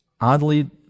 oddly